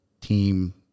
team